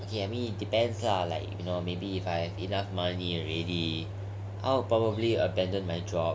okay I mean it depends ah like you know maybe if I have enough money already I will probably abandon my job